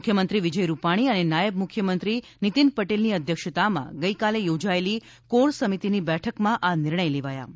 મુખ્યમંત્રી વિજય રૂપાણી અને નાયબ મુખ્યમંત્રી નીતીન પટેલની અધ્યક્ષતામાં ગઇકાલે યોજાયેલી કોર સમિતીની બેઠકમાં આ નિર્ણય લેવાયા હતા